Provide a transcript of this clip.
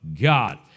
God